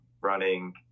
running